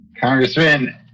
Congressman